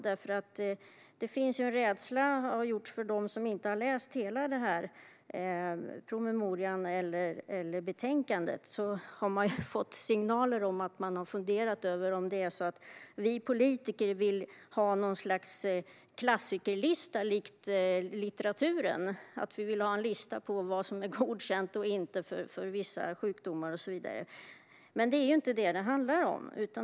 Det har funnits en rädsla hos dem som inte har läst hela betänkandet och fått signaler om att vi politiker vill ha något slags klassikerlista, likt den som finns över litteratur - att vi vill ha en lista över vad som är godkänt och inte för vissa sjukdomar. Men det är inte detta det handlar om.